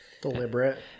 deliberate